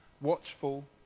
watchful